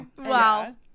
wow